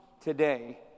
today